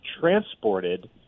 transported